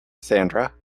sandra